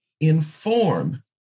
inform